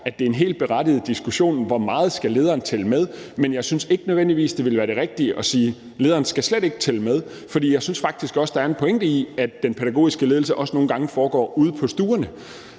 at det er en helt berettiget diskussion: Hvor meget skal lederen tælle med? Men jeg synes ikke nødvendigvis, at det ville være det rigtige at sige, at lederen slet ikke skal tælle med, for jeg synes faktisk, at der er en pointe i, at den pædagogiske ledelse også nogle gange foregår ude på stuerne.